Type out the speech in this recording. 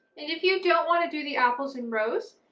and if you don't want to do the apples in rows,